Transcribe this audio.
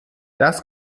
das